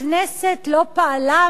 הכנסת לא פעלה,